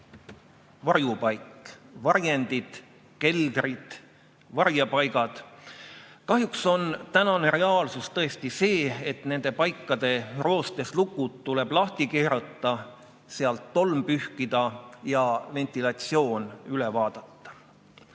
Varjupaik, varjendid, keldrid, varjepaigad. Kahjuks on tänane reaalsus tõesti see, et nende paikade roostes lukud tuleb lahti keerata, sealt tolm pühkida ja ventilatsioon üle vaadata.